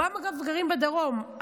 רובם גרים בדרום,